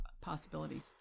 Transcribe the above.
possibilities